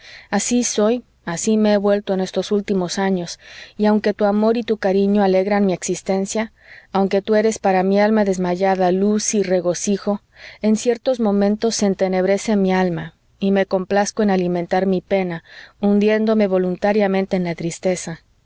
así soy así me he vuelto en estos últimos años y aunque tu amor y tu cariño alegran mi existencia aunque tú eres para mi alma desmayada luz y regocijo en ciertos momentos se entenebrece mi alma y me complazco en alimentar mi pena hundiéndome voluntariamente en la tristeza